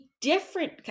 different